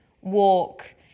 walk